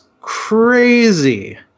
crazy